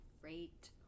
great